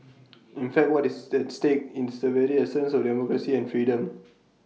in fact what is at stake is the very essence of democracy and freedom